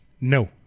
No